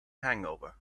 hangover